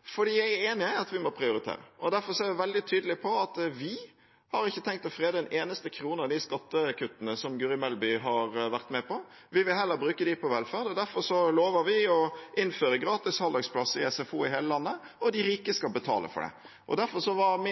jeg er enig i at vi må prioritere. Derfor er jeg veldig tydelig på at vi ikke har tenkt å frede en eneste krone av de skattekuttene som Guri Melby har vært med på. Vi vil heller bruke dem på velferd. Derfor lover vi å innføre gratis halvdagsplass i SFO i hele landet, og de rike skal betale for det. Derfor var